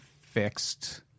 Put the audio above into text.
fixed